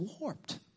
warped